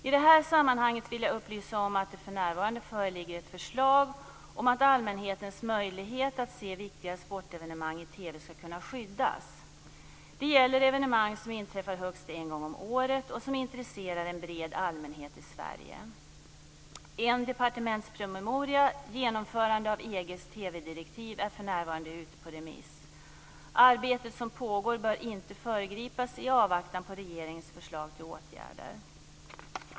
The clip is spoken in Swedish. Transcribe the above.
I detta sammanhang vill jag upplysa om att det för närvarande föreligger ett förslag om att allmänhetens möjlighet att se viktiga sportevenemang i TV skall kunna skyddas. Det gäller evenemang som inträffar högst en gång om året och som intresserar en bred allmänhet i Sverige. En departementspromemoria, Genomförande av EG:s TV-direktiv, är för närvarande ute på remiss. Arbetet som pågår bör inte föregripas i avvaktan på regeringens förslag till åtgärder.